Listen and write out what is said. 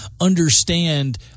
understand